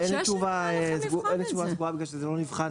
אין תשובה סדורה כי זה לא נבחן